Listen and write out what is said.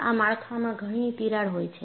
આ માળખામાં ઘણી તિરાડ હોય છે